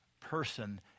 person